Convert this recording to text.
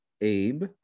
Abe